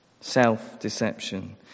Self-deception